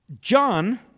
John